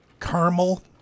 caramel